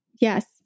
Yes